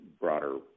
broader